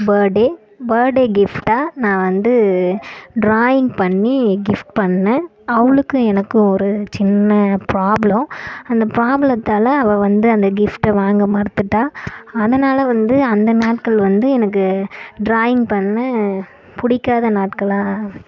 பேர்ட்டே birthday கிஃப்ட்டாக நான் வந்து ட்ராயிங் பண்ணி கிஃப்ட் பண்ணேன் அவளுக்கும் எனக்கும் ஒரு சின்ன ப்ராப்ளம் அந்த ப்ராப்ளத்தால் அவ வந்து அந்த கிஃப்ட்டை வாங்க மறுத்துவிட்டா அதனால வந்து அந்த நாட்கள் வந்து எனக்கு ட்ராயிங் பண்ண பிடிக்காத நாட்களாக